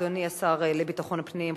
אדוני השר לביטחון הפנים,